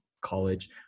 college